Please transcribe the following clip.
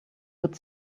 would